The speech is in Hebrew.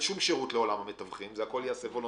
שום שירות לעולם המתווכים והכול ייעשה וולונטרי,